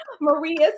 Maria